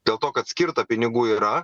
dėl to kad skirta pinigų yra